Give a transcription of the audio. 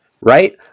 right